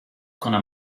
gonna